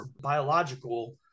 biological